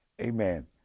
amen